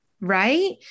Right